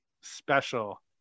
special